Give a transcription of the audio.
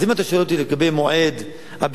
אז אם אתה שואל אותי לגבי מועד הבחירות,